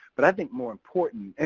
but i think more important, and